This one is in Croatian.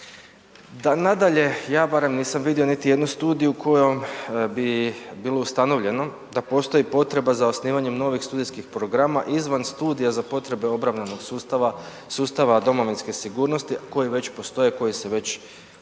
Nadalje, ja barem nisam vidio niti jednu studiju kojom bi bilo ustanovljeno da postoji potreba za osnivanjem novih studijskih programa izvan studija za potrebe obrambenog sustava, sustava domovinske sigurnosti koji već postoje, koji se već izvode.